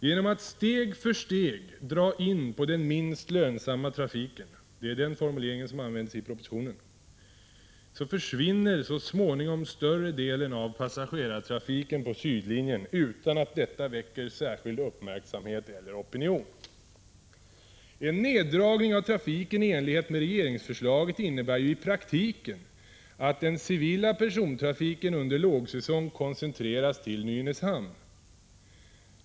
Genom att steg för steg ”dra in på den minst lönsamma trafiken” — det är den formulering som används i propositionen — försvinner så småningom större delen av passagerartrafiken på sydlinjen utan att detta väcker särskild uppmärksamhet eller opinion. En neddragning av trafiken i enlighet med regeringsförslaget innebär i praktiken att den civila persontrafiken under lågsäsong koncentreras till Nynäshamn.